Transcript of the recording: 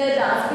נהדר.